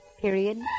Period